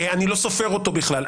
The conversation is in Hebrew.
אני לא סופר אותו בכלל.